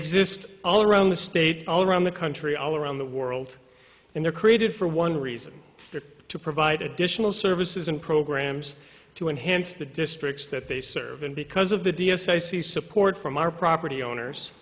exist all around the state all around the country all around the world and they're created for one reason to provide additional services and programs to enhance the districts that they serve in because of the d s i see support from our property owners